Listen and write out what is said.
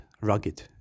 rugged